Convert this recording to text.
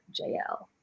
JL